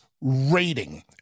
rating